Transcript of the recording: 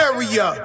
Area